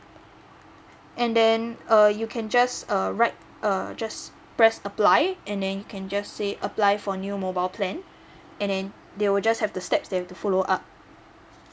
and then uh you can just uh write uh just press apply and then you can just say apply for new mobile plan and then there will just have the steps that you have to follow up